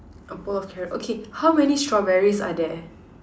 a bowl of carrot okay how many strawberries are there